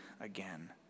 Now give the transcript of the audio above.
again